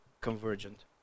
convergent